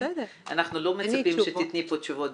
אנחנו לא מצפים שתיתני פה תשובות,